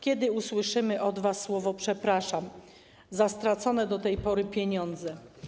Kiedy usłyszymy od was słowo ˝przepraszam˝ za stracone do tej pory pieniądze?